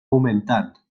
augmentant